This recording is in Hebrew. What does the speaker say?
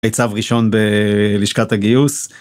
צו ראשון בלשכת הגיוס.